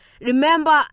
Remember